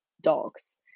Dogs